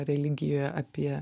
religijoje apie